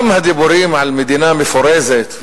גם הדיבורים על מדינה מפורזת,